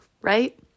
Right